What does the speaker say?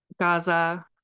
Gaza